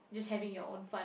just having your own fun